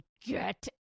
get